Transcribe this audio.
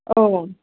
औ